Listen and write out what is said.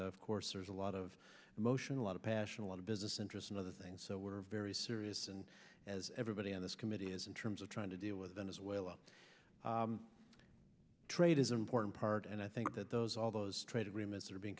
of course there's a lot of emotion a lot of passion a lot of business interest in other things so we're very serious and as everybody on this committee has in terms of trying to deal with venezuela trade is an important part and i think that those all those trade agreements are being